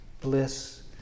bliss